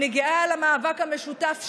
אני גאה על המאבק המשותף שלנו,